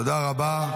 תודה רבה.